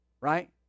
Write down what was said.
Right